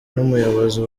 n’umuyobozi